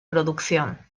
producción